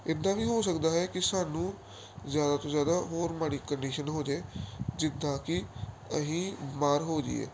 ਇੱਦਾਂ ਵੀ ਹੋ ਸਕਦਾ ਹੈ ਕਿ ਸਾਨੂੰ ਜ਼ਿਆਦਾ ਤੋਂ ਜ਼ਿਆਦਾ ਹੋਰ ਮਾੜੀ ਕੰਡੀਸ਼ਨ ਹੋ ਜਾਵੇ ਜਿੱਦਾਂ ਕਿ ਅਸੀਂ ਬਿਮਾਰ ਹੋ ਜਾਈਏ